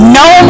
no